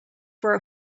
for